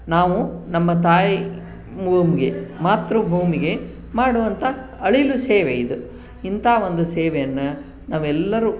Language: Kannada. ನಾವು ನಮ್ಮ ತಾಯಿ ಭೂಮಿಗೆ ಮಾತೃ ಭೂಮಿಗೆ ಮಾಡುವಂತ ಅಳಿಲು ಸೇವೆ ಇದು ಇಂತಹ ಒಂದು ಸೇವೆಯನ್ನು ನಾವೆಲ್ಲರು